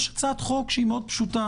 יש הצעת חוק מאוד פשוטה